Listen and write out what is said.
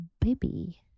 baby